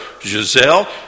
Giselle